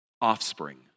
offspring